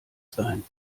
sein